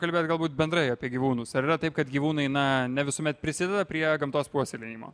kalbėt galbūt bendrai apie gyvūnus ar yra taip kad gyvūnai na ne visuomet prisideda prie gamtos puoselėjimo